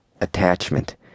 attachment